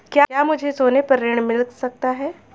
क्या मुझे सोने पर ऋण मिल सकता है?